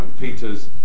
Peter's